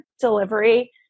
delivery